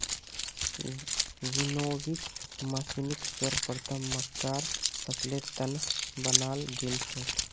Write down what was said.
winnowing मशीनक सर्वप्रथम मक्कार फसलेर त न बनाल गेल छेक